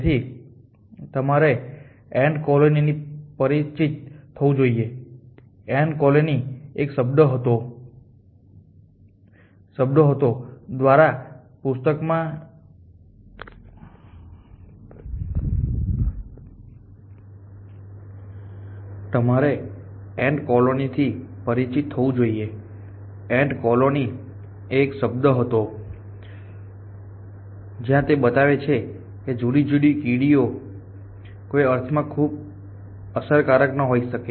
તેથી તમારે ant colony થી પરિચિત થવું જોઈએ એન્ટ કોલોની એ એક શબ્દ હતો દ્વારા પુસ્તકમાં જ્યાં તે બતાવે છે કે જુદી જુદી કીડી કોઈ અર્થમાં ખૂબ અસરકારક ન હોઈ શકે